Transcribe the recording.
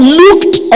looked